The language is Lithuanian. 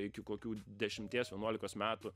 iki kokių dešimties vienuolikos metų